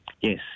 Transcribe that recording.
Yes